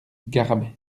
garrabet